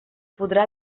podrà